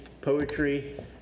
poetry